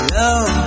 love